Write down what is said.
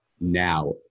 now